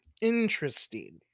interesting